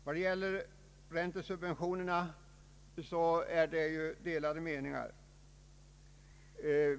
Vad gäller räntesubventionerna råder delade meningar.